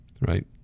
right